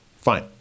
Fine